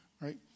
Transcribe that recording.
right